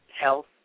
health